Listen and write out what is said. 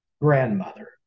grandmother